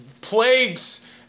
plagues